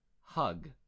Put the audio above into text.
hug